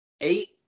eight